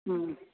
മ്മ്